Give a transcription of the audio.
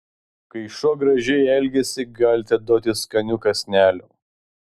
kai šuo gražiai elgiasi galite duoti skanių kąsnelių